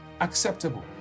acceptable